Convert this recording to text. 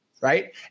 right